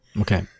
Okay